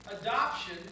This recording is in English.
adoption